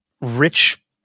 rich